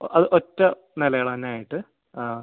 ഓ അത് ഒറ്റ നിലകൾ തന്നെയായിട്ട് ആ